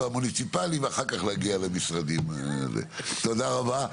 תודה רבה,